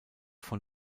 von